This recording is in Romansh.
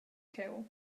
cheu